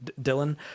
Dylan